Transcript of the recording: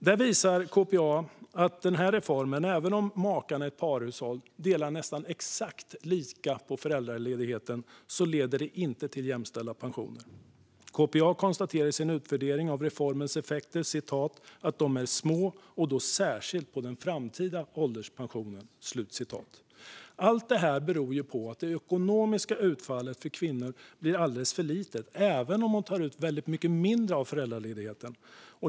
Där visar KPA att reformen, även i ett parhushåll där makarna delar nästan exakt lika på föräldraledigheten, inte leder till jämställda pensioner. KPA konstaterar i sin utvärdering av reformens effekter att de är små, särskilt på den framtida ålderspensionen. Allt det här beror på att det ekonomiska utfallet för kvinnor blir alldeles för litet även om de tar ut väldigt mycket mindre av föräldraledigheten.